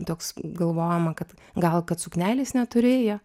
toks galvojama kad gal kad suknelės neturėjo